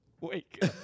wake